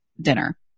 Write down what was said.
dinner